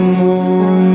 more